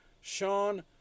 Sean